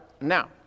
Now